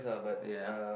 ya